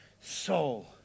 soul